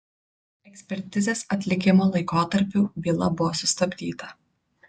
ekspertizės atlikimo laikotarpiu byla buvo sustabdyta